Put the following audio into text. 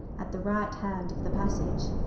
at the right hand of the passage.